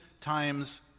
times